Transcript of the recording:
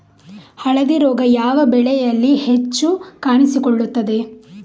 ಹಳದಿ ರೋಗ ಯಾವ ಬೆಳೆಯಲ್ಲಿ ಹೆಚ್ಚು ಕಾಣಿಸಿಕೊಳ್ಳುತ್ತದೆ?